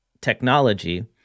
technology